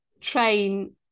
train